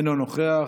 אינו נוכח,